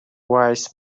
wise